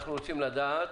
אנחנו רוצים לדעת